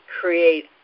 create